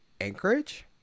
Anchorage